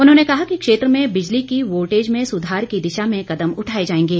उन्होंने कहा कि क्षेत्र में बिजली की वोल्टेज में सुधार की दिशा में कदम उठाए जाएंगे